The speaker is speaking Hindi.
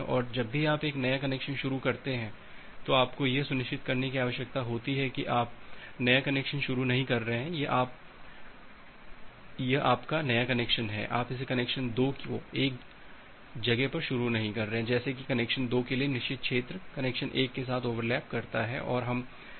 और जब भी आप एक नया कनेक्शन शुरू करते हैं तो आपको यह सुनिश्चित करने की आवश्यकता होती है कि आप नया कनेक्शन शुरू नहीं कर रहे हैं यह आपका नया कनेक्शन है आप इस कनेक्शन 2 को एक जगह पर शुरू नहीं कर रहे हैं जैसे कि कनेक्शन 2 के लिए निषिद्ध क्षेत्र कनेक्शन 1 के साथ ओवरलैप करता है और हम यह नहीं चाहते हैं